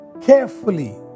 carefully